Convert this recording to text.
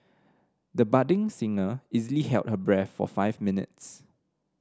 the budding singer easily held her breath for five minutes